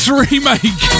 remake